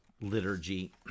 liturgy